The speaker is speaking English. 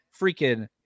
freaking